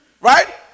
Right